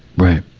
right.